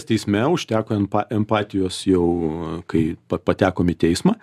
teisme užteko enpa empatijos jau kai pa patekom į teismą